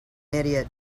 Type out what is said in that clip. idiot